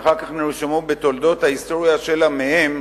שאחר כך נרשמו בתולדות ההיסטוריה של עמיהם